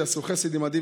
שיעשו חסד עימדי,